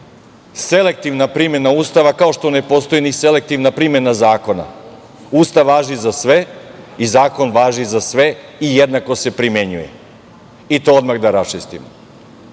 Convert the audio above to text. selektivna primena Ustava, kao što ne postoji ni selektivna primena zakona. Ustav važi za sve i zakon važi za sve i jednako se primenjuje, i to odmah da raščistimo.